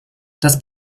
dass